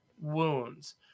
wounds